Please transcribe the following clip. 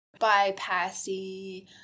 bypassy